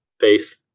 face